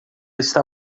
está